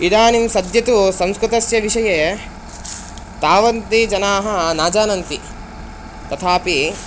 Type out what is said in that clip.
इदानीं सद्यः तु संस्कृतस्य विषये तावन्तः जनाः न जानन्ति तथापि